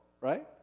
right